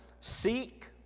seek